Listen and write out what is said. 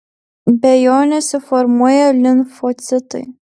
be jo nesiformuoja limfocitai